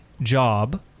job